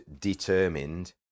determined